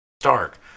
Stark